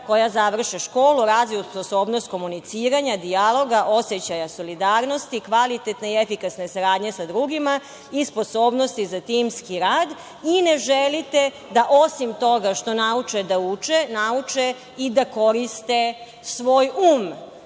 koja završe školu razviju sposobnost komuniciranja, dijaloga, osećaja solidarnosti, kvalitetne i efikasne saradnje sa drugima i sposobnosti za timski rad i ne želite da osim toga što nauče da uče, nauče i da koriste svoj